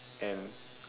and